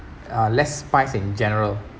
uh less spice in general